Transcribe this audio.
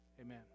Amen